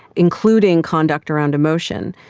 including conduct around emotion.